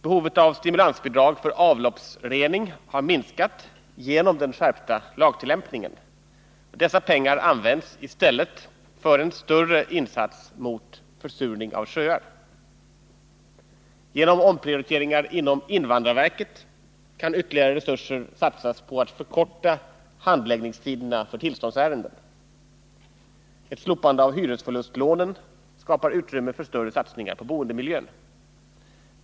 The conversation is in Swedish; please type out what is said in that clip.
Behovet av stimulansbidrag för avloppsrening har minskat genom den skärpta lagtillämpningen. Dessa pengar används i stället för en större insats mot försurning av sjöar. Genom omprioriteringar inom invandrarverket kan ytterligare resurser satsas på att förkorta handläggningstiderna för tillståndsärenden. Ett slopande av hyresförlustlånen skapar utrymme för större satsningar på boendemiljön.